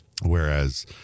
Whereas